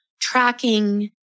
tracking